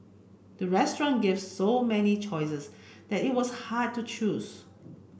the restaurant gave so many choices that it was hard to choose